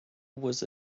was